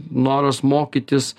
noras mokytis